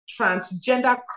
transgender